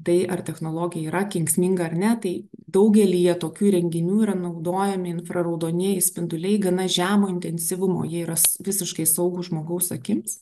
tai ar technologija yra kenksminga ar ne tai daugelyje tokių įrenginių yra naudojami infraraudonieji spinduliai gana žemo intensyvumo jie yra visiškai saugūs žmogaus akims